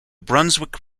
brunswick